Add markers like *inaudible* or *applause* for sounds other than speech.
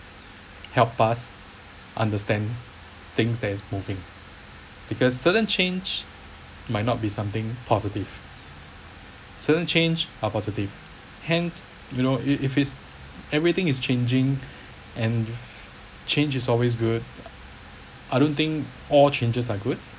help us understand things that is moving because certain change might not be something positive certain change are positive hence you know if if it is everything is changing *breath* and change is always good I don't think all changes are good